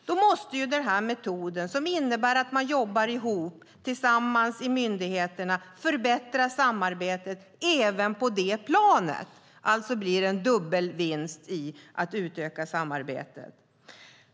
Då måste denna metod som innebär att man jobbar ihop, tillsammans i myndigheterna, förbättra samarbetet även på det planet. Alltså blir det en dubbel vinst att utöka samarbetet.